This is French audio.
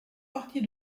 partie